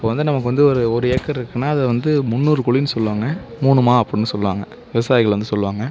இப்போது வந்து நமக்கு வந்து ஒரு ஒரு ஏக்கர் இருக்குன்னால் அதை வந்து முன்னூறு குழின்னு சொல்லுவாங்க மூணு மா அப்புன்னு சொல்லுவாங்க விவசாயிகள் வந்து சொல்லுவாங்க